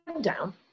down